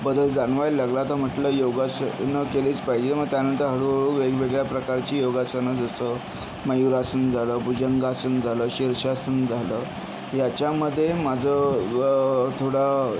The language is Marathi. बदल जाणवायला लागला तर म्हटलं योगासनं केलीच पाहिजे मग त्यानंतर हळूहळू वेगवेगळ्या प्रकारची योगासनं जसं मयूरासन झालं भुजंगासन झालं शीर्षासन झालं याच्यामध्ये माझं व्य थोडा